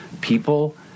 people